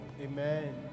Amen